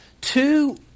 Two